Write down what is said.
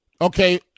Okay